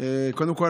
קודם כול,